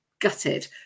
gutted